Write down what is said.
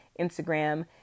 Instagram